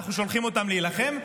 אנחנו שולחים אותם להילחם,